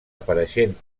apareixent